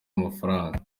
amafaranga